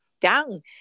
down